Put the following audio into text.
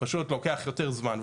פשוט לוקח יותר זמן,